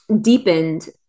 deepened